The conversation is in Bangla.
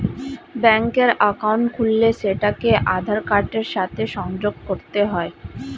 ব্যাঙ্কের অ্যাকাউন্ট খুললে সেটাকে আধার কার্ডের সাথে সংযোগ করতে হয়